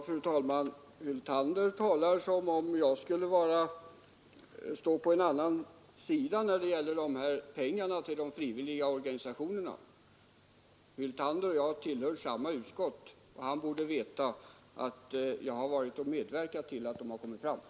Fru talman! Herr Hyltander talar som om jag skulle stå på en annan sida än han när det gäller pengarna till de frivilliga organisationerna, men herr Hyltander och jag tillhör samma utskott, och han borde därför veta att jag har medverkat till att de pengarna har kommit fram.